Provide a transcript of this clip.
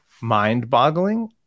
mind-boggling